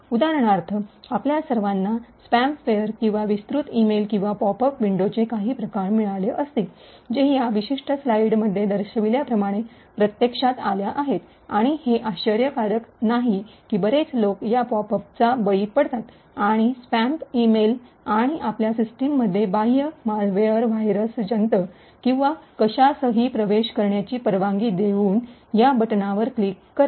उदाहरणार्थ आपल्या सर्वांना स्पॅम वेअर किंवा विस्तृत ईमेल किंवा पॉप अप विंडोचे काही प्रकार मिळाले असतील जे या विशिष्ट स्लाइडमध्ये दर्शविल्याप्रमाणे प्रत्यक्षात आल्या आहेत आणि हे आश्चर्यकारक नाही की बरेच लोक या पॉप अपचा बळी पडतात आणि स्पॅम ईमेल आणि आपल्या सिस्टममध्ये बाह्य मालवेयर व्हायरस जंत किंवा कशासही प्रवेश करण्याची परवानगी देऊन या बटणावर क्लिक करा